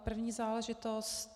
První záležitost.